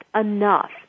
enough